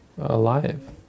alive